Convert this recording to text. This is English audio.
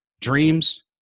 dreams